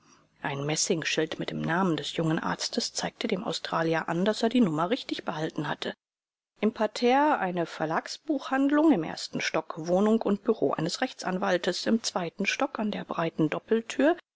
ein messingschild mit dem namen des jungen arztes zeigte dem australier an daß er die nummer richtig behalten hatte im parterre eine verlagsbuchhandlung im ersten stock wohnung und büro eines rechtsanwaltes im zweiten stock an der breiten doppeltür